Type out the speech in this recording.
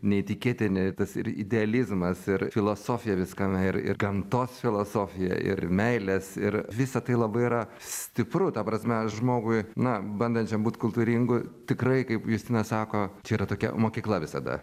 neįtikėtini tas ir idealizmas ir filosofija viskame ir ir gamtos filosofija ir meilės ir visa tai labai yra stipru ta prasme žmogui na bandančiam būt kultūringu tikrai kaip justina sako čia yra tokia mokykla visada